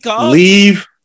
leave